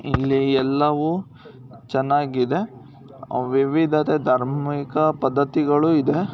ಇಲ್ಲಿ ಎಲ್ಲವೂ ಚೆನ್ನಾಗಿದೆ ವಿವಿಧತೆ ಧಾರ್ಮಿಕ ಪದ್ಧತಿಗಳು ಇದೆ